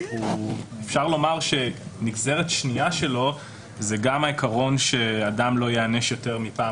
אפשר לומר שנגזרת שנייה שלו הוא גם העיקרון שאדם לא ייענש יותר מפעם